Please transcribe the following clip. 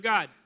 God